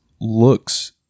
looks